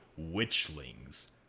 Witchlings